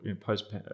post